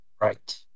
Right